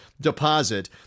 deposit